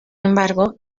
embargo